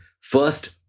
first